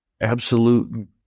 absolute